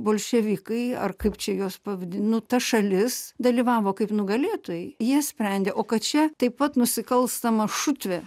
bolševikai ar kaip čia juos pavadint nu ta šalis dalyvavo kaip nugalėtojai jie sprendė o kad čia taip pat nusikalstama šutvė